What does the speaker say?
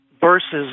versus